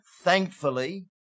Thankfully